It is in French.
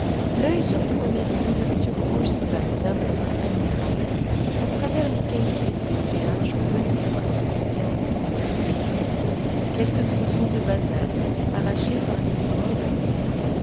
l'oeil surprenait des ouvertures ogivales d'un dessin admirable à travers lesquelles les flots du large venaient se précipiter en écumant quelques tronçons de basalte arrachés par les fureurs de l'océan